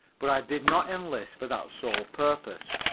but i did not enlist for that sole purpose.